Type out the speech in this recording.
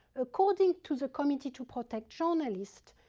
according to the committee to protect journalists,